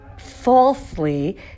falsely